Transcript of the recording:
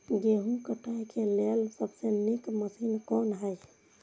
गेहूँ काटय के लेल सबसे नीक मशीन कोन हय?